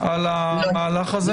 על המהלך הזה?